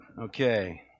okay